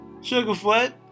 Sugarfoot